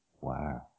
Wow